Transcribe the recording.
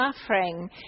suffering